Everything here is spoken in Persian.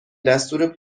دستور